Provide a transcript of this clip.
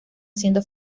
haciendo